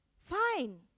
Fine